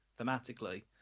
thematically